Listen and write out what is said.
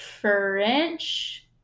French